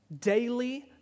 daily